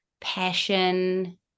passion